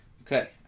Okay